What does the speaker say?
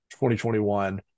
2021